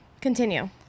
continue